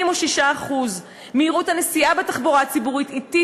86%. הנסיעה בתחבורה הציבורית אטית